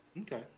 Okay